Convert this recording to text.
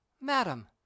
madam